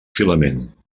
filament